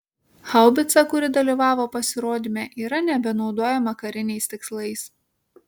haubica kuri dalyvavo pasirodyme yra nebenaudojama kariniais tikslais